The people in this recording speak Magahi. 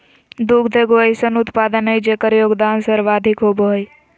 दुग्ध एगो अइसन उत्पाद हइ जेकर योगदान सर्वाधिक होबो हइ